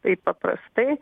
taip paprastai